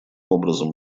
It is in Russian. образом